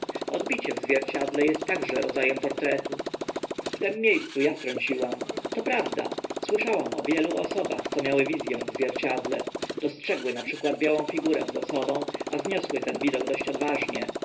odbicie w zwierciedle est także rodza em portretu w tym mie scu a się wtrąciłam to prawda słyszałam o wielu osobach co miały wiz ę w zwierciedle dostrzegły na przykład białą figurę za sobą a zniosły ten widok dość odważnie